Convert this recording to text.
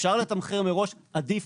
אפשר לתמחר מראש, עדיף,